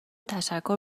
تشکر